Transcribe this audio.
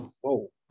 Whoa